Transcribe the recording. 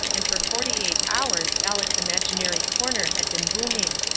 and for forty-eight hours aleck's imaginary corner had been booming.